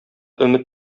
өмет